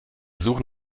suchen